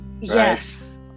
Yes